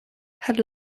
had